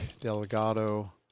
Delgado